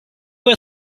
were